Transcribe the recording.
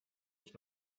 ich